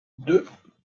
deux